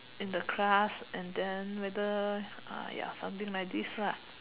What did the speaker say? in the class and then whether ah ya something like this lah